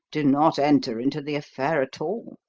do not enter into the affair at all.